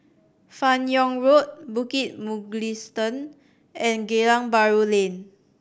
Fan Yoong Road Bukit Mugliston and Geylang Bahru Lane